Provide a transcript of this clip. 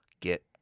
get